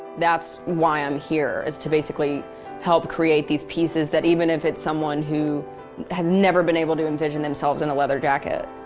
that's why i'm here is to basically help create these pieces that even if it's someone who has never been able to envision themselves in a leather jacket,